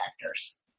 factors